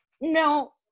No